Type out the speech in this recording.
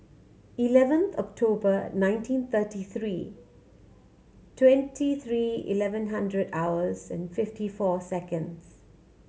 eleven October nineteen thirty three twenty three eleven hundred hours and fifty four seconds